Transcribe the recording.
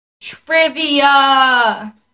trivia